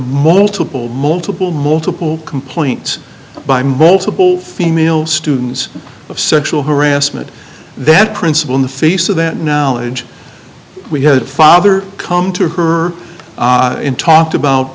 multiple multiple multiple complaints by multiple female students of sexual harassment that principal in the face of that now age we had a father come to her in talked about